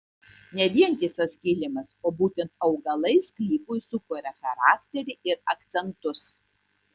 ne vientisas kilimas o būtent augalai sklypui sukuria charakterį ir akcentus